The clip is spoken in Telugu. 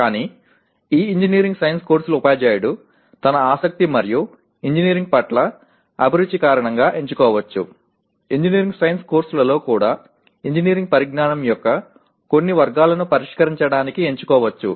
కానీ ఈ ఇంజనీరింగ్ సైన్స్ కోర్సుల ఉపాధ్యాయుడు తన ఆసక్తి మరియు ఇంజనీరింగ్ పట్ల అభిరుచి కారణంగా ఎంచుకోవచ్చు ఇంజనీరింగ్ సైన్స్ కోర్సులలో కూడా ఇంజనీరింగ్ పరిజ్ఞానం యొక్క కొన్ని వర్గాలను పరిష్కరించడానికి ఎంచుకోవచ్చు